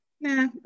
nah